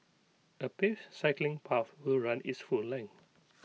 A paved cycling path will run its full length